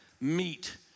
meet